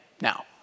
now